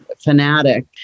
fanatic